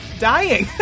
dying